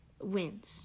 wins